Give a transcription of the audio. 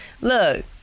look